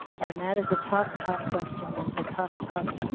and that is a tough tough question and to tough tough.